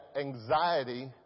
anxiety